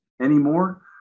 anymore